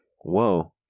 Whoa